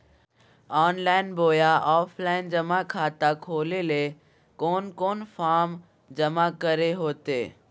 Online बोया offline जमा खाता खोले ले कोन कोन फॉर्म जमा करे होते?